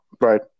Right